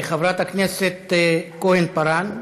חברת הכנסת כהן-פארן.